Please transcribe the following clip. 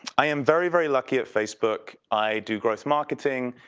i am very, very lucky at facebook. i do growth marketing,